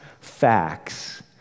facts